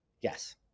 Yes